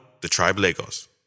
thetribelagos